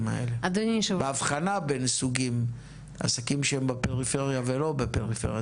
האלה ובהבחנה בין עסקים שהם בפריפריה ולא בפריפריה.